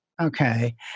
okay